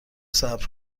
صبر